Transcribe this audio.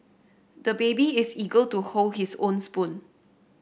the baby is eager to hold his own spoon